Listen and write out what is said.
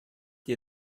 dir